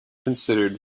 considered